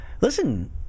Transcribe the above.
listen